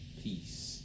Peace